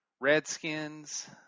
Redskins